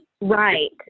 Right